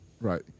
Right